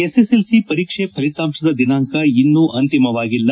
SSLC ಪರೀಕ್ಷೆ ಫಲಿತಾಂಶದ ದಿನಾಂಕ ಇನ್ನೂ ಅಂತಿಮವಾಗಿಲ್ಲ